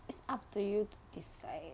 is up to you to decide